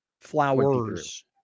Flowers